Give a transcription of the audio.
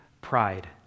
pride